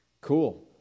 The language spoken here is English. Cool